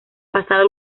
pasado